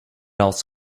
else